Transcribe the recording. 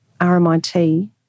RMIT